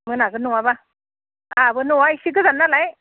मोनागोन नङाब्ला आंहाबो न'आ एसे गोजान नालाय